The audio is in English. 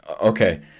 Okay